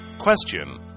question